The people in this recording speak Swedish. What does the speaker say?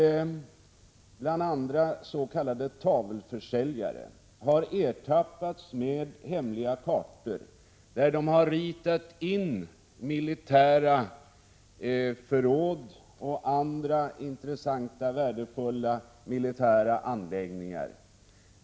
1986/87:130 tavelförsäljare har ertappats med hemliga kartor där de har ritat in militära 25 maj 1987 förråd och andra intressanta och viktiga militära anläggningar?